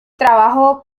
trabajó